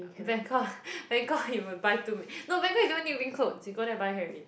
Bangkok Bangkok you will buy too many no Bangkok you don't even need to bring clothes you go there buy can already